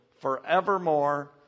forevermore